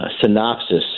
synopsis